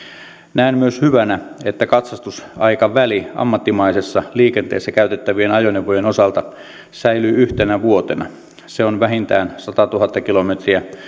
näen myös hyvänä että katsastusaikaväli ammattimaisessa liikenteessä käytettävien ajoneuvojen osalta säilyy yhtenä vuotena se on vähintään satatuhatta kilometriä